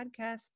podcast